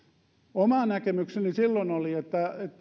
oma näkemykseni silloin oli että